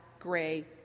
gray